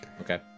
Okay